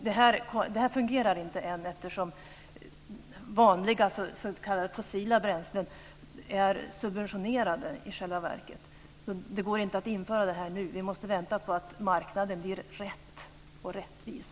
Det här fungerar inte ännu, eftersom vanliga s.k. fossila bränslen i själva verket är subventionerade. Det går inte att införa det nu. Vi måste vänta på att marknaden blir rätt och rättvis.